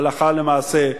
הלכה למעשה,